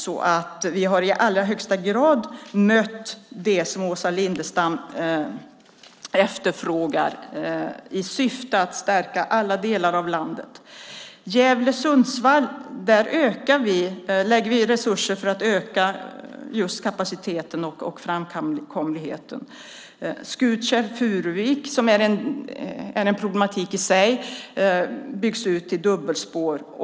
Vi har alltså i allra högsta grad mött det som Åsa Lindestam efterfrågar, just i syfte att stärka alla delar av landet. På sträckan Gävle-Sundsvall lägger vi resurser för att öka kapaciteten och framkomligheten. På sträckan Skutskär-Furuvik - en problematik i sig - byggs det ut till dubbelspår.